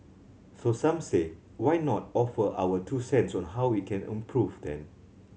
so some say why not offer our two cents on how we can improve then